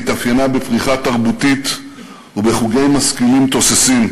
התאפיינה בפריחה תרבותית ובחוגי משכילים תוססים.